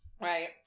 Right